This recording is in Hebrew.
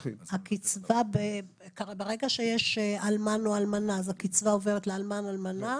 ברגע שיש אלמן או אלמנה אז הקצבה עוברת לאלמן או האלמנה?